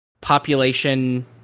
population